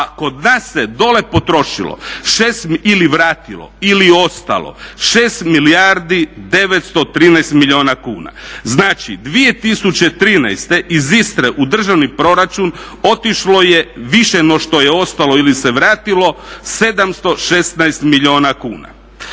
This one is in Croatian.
a kod nas se dolje potrošilo ili vratilo ili ostalo 6 milijardi 913 milijuna kuna. Znači 2013. iz Istre u državni proračun otišlo je više nego što je ostalo ili se vratilo 716 milijuna kuna.